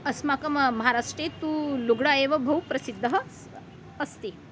अस्माकं महाराष्ट्रे तु लुग्डा एव बहु प्रसिद्धः अस्ति